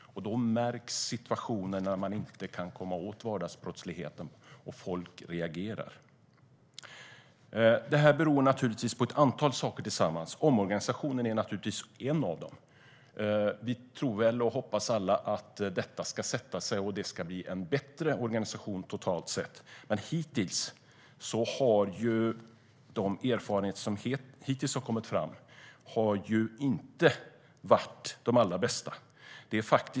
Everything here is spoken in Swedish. Det märks när man inte kan komma åt vardagsbrottsligheten och folk reagerar. Det här beror naturligtvis på ett antal saker tillsammans. Omorganisationen är en av dem. Vi hoppas väl alla att detta ska sätta sig och att det ska bli en bättre organisation totalt sett, men hittills har de erfarenheter som kommit fram inte varit de bästa.